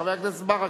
חבר הכנסת ברכה,